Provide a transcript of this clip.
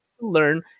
learn